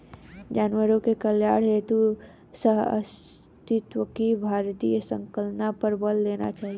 जानवरों के कल्याण हेतु सहअस्तित्व की भारतीय संकल्पना पर बल देना चाहिए